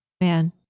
man